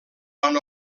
van